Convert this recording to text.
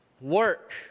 work